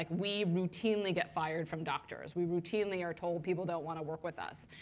like we routinely get fired from doctors. we routinely are told people don't want to work with us.